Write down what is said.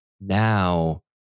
now